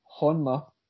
Honma